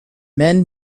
men